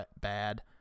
bad